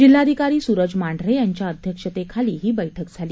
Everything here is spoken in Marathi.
जिल्हाधिकारी सुरज मांढरे यांच्या अध्यक्षतेखाली ही बैठक झाली